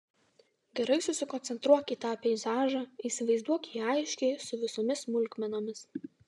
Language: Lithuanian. gerai susikoncentruok į tą peizažą įsivaizduok jį aiškiai su visomis smulkmenomis